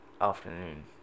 Afternoon